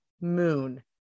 Moon